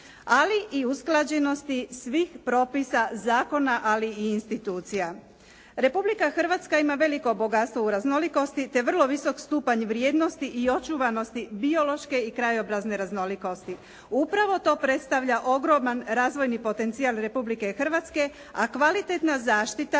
ali i usklađenosti svih propisa zakona ali i institucija. Republika Hrvatska ima veliko bogatstvo u raznolikosti te vrlo visok stupanj vrijednosti i očuvanosti biološke i krajobrazne raznolikosti. Upravo to predstavlja ogroman razvojni potencijal Republike Hrvatske, a kvalitetna zaštita